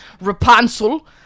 Rapunzel